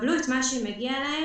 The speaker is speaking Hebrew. יקבלו את מה שמגיע להם,